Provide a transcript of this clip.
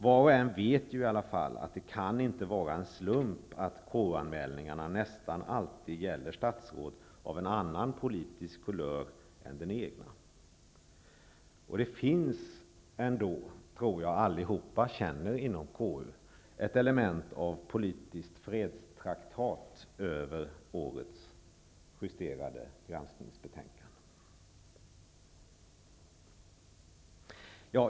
Var och en vet att det inte kan vara en slump att KU anmälningarna nästan alltid gäller statsråd av en annan politisk kulör än den egna. Jag tror att alla inom KU känner att det finns ett element av politiskt fredstraktat över årets justerade granskningsbetänkande.